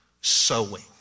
sowing